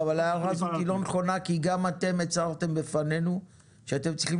ההערה הזאת לא נכונה כי גם אתם הצהרתם בפנינו שאתם צריכים